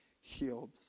healed